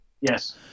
Yes